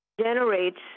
generates